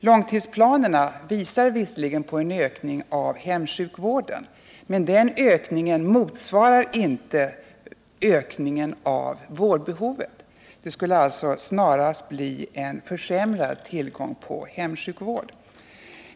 Långtidsplanerna visar visserligen på en ökning av hemsjukvården, men den ökningen motsvarar inte ökningen av vårdbehovet. Det skulle alltså snararast bli en försämrad tillgång på hemsjukvård.